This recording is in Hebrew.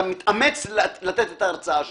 אתה מתאמץ לתת את ההרצאה שלך,